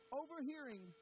overhearing